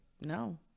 no